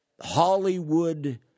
Hollywood